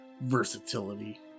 versatility